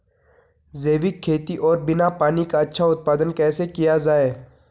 जैविक खेती और बिना पानी का अच्छा उत्पादन कैसे किया जाए?